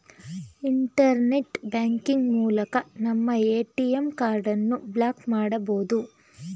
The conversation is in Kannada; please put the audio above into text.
ಇಂಟರ್ನೆಟ್ ಬ್ಯಾಂಕಿಂಗ್ ಮೂಲಕ ನಮ್ಮ ಎ.ಟಿ.ಎಂ ಕಾರ್ಡನ್ನು ಬ್ಲಾಕ್ ಮಾಡಬೊದು